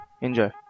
Enjoy